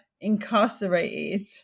incarcerated